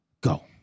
go